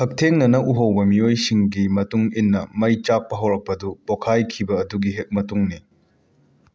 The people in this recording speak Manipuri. ꯍꯛꯊꯦꯡꯅꯅ ꯎꯍꯧꯕ ꯃꯤꯑꯣꯏꯁꯤꯡꯒꯤ ꯃꯇꯨꯡ ꯏꯟꯅ ꯃꯩ ꯆꯥꯛꯄ ꯍꯧꯔꯛꯄꯗꯨ ꯄꯣꯈꯥꯏꯈꯤꯕ ꯑꯗꯨꯒꯤ ꯍꯦꯛ ꯃꯇꯨꯡꯅꯤ